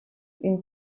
une